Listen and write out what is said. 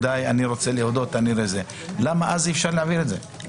אני רוצה להודות למה אז אי אפשר להעביר את זה?